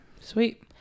Sweet